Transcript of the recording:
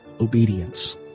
Obedience